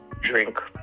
drink